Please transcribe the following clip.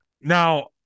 now